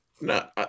no